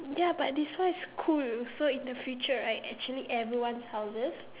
ya but this one is cool so in the future right actually everyone house